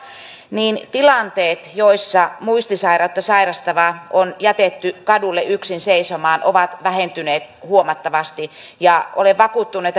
niin tilanteet joissa muistisairautta sairastava on jätetty kadulle yksin seisomaan ovat vähentyneet huomattavasti ja olen vakuuttunut